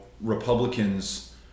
Republicans